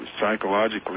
psychologically